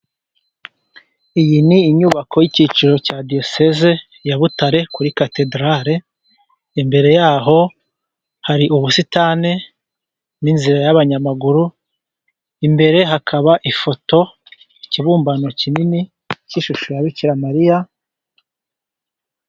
Iyi ni inyubako y'icyiciro cya diyoseze ya Butare kuri Katedarale, imbere yaho hari ubusitani n'inzira y'abanyamaguru, imbere hakaba ifoto ikibumbano kinini cy'ishusho ya Bikira Mariya.